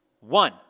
One